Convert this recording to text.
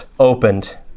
opened